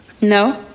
No